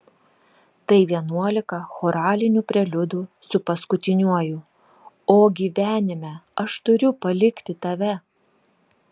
tai vienuolika choralinių preliudų su paskutiniuoju o gyvenime aš turiu palikti tave